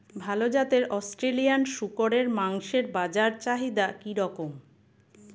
ভাল জাতের অস্ট্রেলিয়ান শূকরের মাংসের বাজার চাহিদা কি রকম?